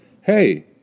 Hey